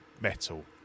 metal